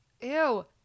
ew